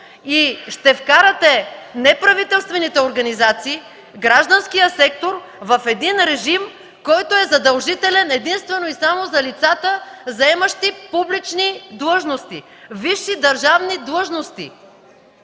и ще вкарате неправителствените организации, гражданския сектор в един режим, който е задължителен единствено и само за лицата, заемащи публични длъжности, висши държавни длъжности.